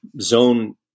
zone